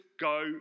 go